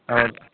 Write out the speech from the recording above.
औ